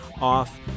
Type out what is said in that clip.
off